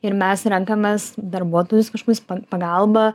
ir mes renkamės darbuotojus kažkokius pagalba